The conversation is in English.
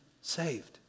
saved